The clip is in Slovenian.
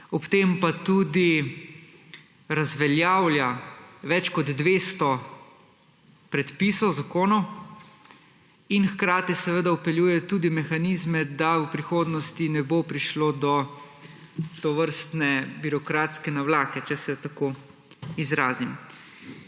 ob tem pa tudi razveljavlja več kot 200 predpisov, zakonov in hkrati seveda vpeljuje tudi mehanizme, da v prihodnosti ne bo prišlo do tovrstne birokratske navlake, če se tako izrazim.